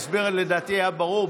לדעתי ההסבר היה ברור.